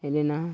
ᱦᱮᱡ ᱞᱮᱱᱟ